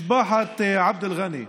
היום הייתי עם משפחת עבד אל-גאנם.